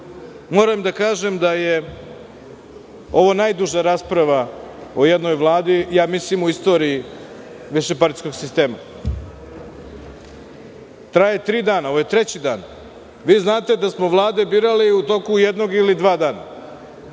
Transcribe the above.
da kažem da je ovo najduža rasprava o jednoj vladi u istoriji višepartijskog sistema, ja mislim. Traje tri dana. Ovo je treći dan. Znate da smo vlade birali u toku jednog ili dva dana